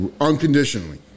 unconditionally